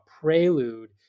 prelude